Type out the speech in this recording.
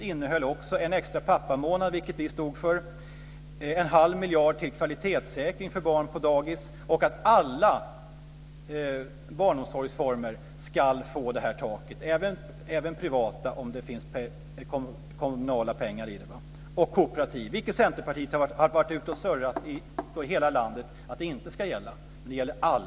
Med samma språkbruk ställer jag frågan: Varför ska Birger Schlaug, om han nu har barn i barnomsorgsålder, få mycket större avgiftssänkningar än den granne som Birger Schlaug nyligen uttalade så stor sympati för? Förklara det.